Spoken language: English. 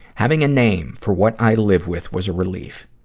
having a name for what i live with was a relief.